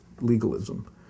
legalism